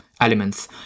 elements